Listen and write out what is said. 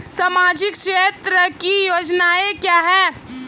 सामाजिक क्षेत्र की योजनाएं क्या हैं?